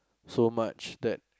so much that